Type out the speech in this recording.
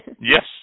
Yes